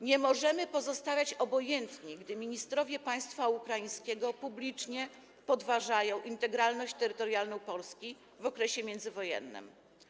Nie możemy pozostawać obojętni, gdy ministrowie państwa ukraińskiego publicznie podważają integralność terytorialną Polski w okresie międzywojennym.